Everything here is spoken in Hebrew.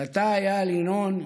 ואתה, איל ינון,